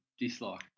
dislike